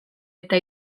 eta